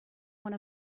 one